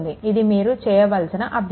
ఇది మీరు చేయవలసిన అభ్యాసం